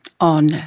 on